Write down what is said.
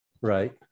right